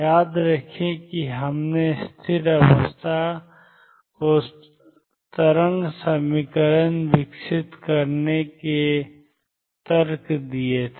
याद रखें कि हमने स्थिर अवस्था को तरंग समीकरण विकसित करने के लिए तर्क दिए थे